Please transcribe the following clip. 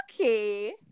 Okay